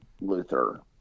Luther